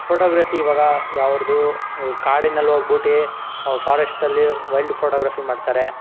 photography ಇವಾಗ ಯಾವ್ದು ಇವಾಗ ಕಾಡಿನಲ್ಲಿ ಹೋಗ್ಬುಟ್ಟು ಫಾರೆಸ್ಟ್ನಲ್ಲಿ ವೈಲ್ಡ್ ಫೋಟೋಗ್ರಫಿ ಮಾಡ್ತಾರೆ